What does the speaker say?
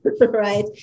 right